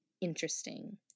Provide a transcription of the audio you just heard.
interesting